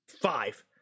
five